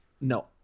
No